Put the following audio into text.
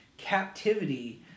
captivity